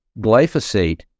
glyphosate